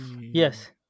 yes